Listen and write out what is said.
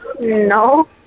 No